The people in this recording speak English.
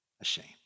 ashamed